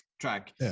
track